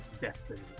destiny